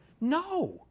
No